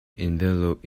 envelope